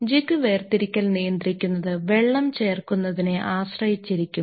jig വേർതിരിക്കൽ നിയന്ത്രിക്കുന്നത് വെള്ളം ചേർക്കുന്നതിനെ ആശ്രയിച്ചിരിക്കും